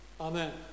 Amen